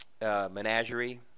menagerie